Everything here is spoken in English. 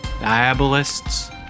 Diabolists